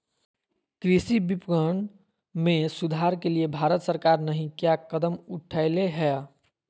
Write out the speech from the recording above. कृषि विपणन में सुधार के लिए भारत सरकार नहीं क्या कदम उठैले हैय?